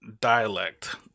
dialect